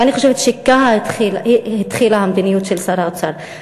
ואני חושבת שככה התחילה המדיניות של שר האוצר,